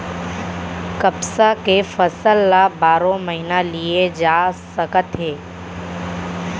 कपसा के फसल ल बारो महिना लिये जा सकत हे